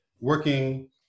working